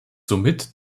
somit